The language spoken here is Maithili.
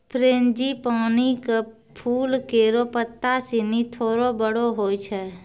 फ़्रेंजीपानी क फूल केरो पत्ता सिनी थोरो बड़ो होय छै